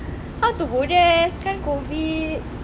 how to go there kan COVID